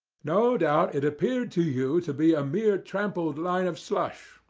no doubt it appeared to you to be a mere trampled line of slush,